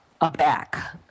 aback